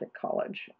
College